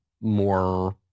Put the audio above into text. more